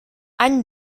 any